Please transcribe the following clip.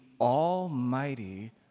almighty